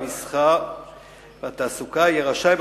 המסחר והתעסוקה יהיה רשאי,